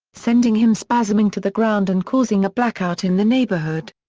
sending him spasming to the ground and causing a blackout in the neighborhood.